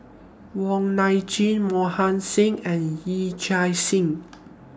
Wong Nai Chin Mohan Singh and Yee Chia Hsing